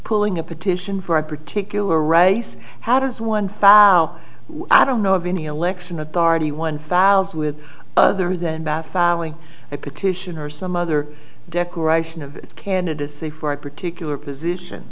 pulling a petition for a particular race how does one file i don't know of any election authority one files with other than that filing a petition or some other declaration of candidacy for a particular position